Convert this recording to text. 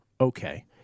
okay